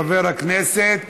חבר הכנסת